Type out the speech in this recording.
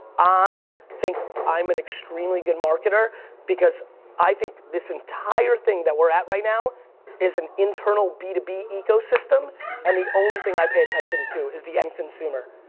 i think i'm an extremely good marketer because i think this entire thing that we're at right now is an internal b two b ecosystem and the only thing i pay attention to is the end consumer.